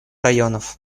районов